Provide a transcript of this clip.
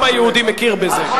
העם היהודי מכיר בזה.